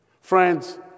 Friends